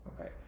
Okay